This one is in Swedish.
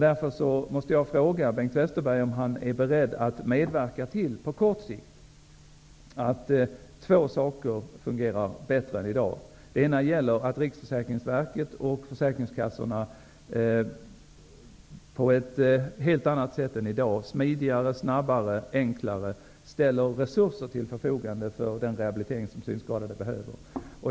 Därför måste jag fråga Bengt Westerberg om han på kort sikt är beredd att medverka till att två saker fungerar bättre än i dag. Den ena gäller att Riksförsäkringsverket och försäkringskassorna på ett helt annat sätt än i dag -- smidigare, snabbare och enklare -- ställer resurser till förfogande för den rehabilitering som synskadade behöver.